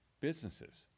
businesses